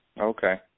Okay